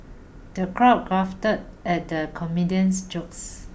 the crowd guffawed at the comedian's jokes